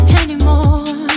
anymore